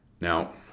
Now